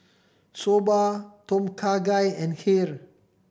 Soba Tom Kha Gai and Kheer